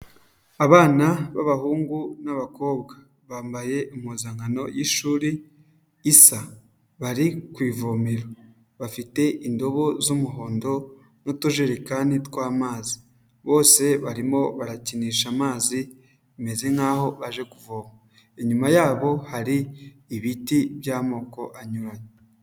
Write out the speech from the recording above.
Abana b'abahungu n'abakobwa. Bambaye impuzankano y'ishuri isa. Bari ku ivomero. Bafite indobo z'umuhondo n'utujerekani tw'amazi. Bose barimo barakinisha amazi, bimeze nk'aho baje kuvoma. Inyuma yabo, hari ibiti by'amoko anyuranye.